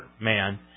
man